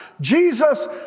Jesus